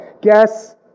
Guess